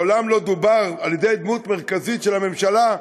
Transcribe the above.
מעולם לא נאמר על-ידי דמות מרכזית של הממשלה,